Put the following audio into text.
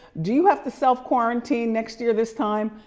do you have to self-quarantine next year this time?